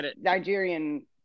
Nigerian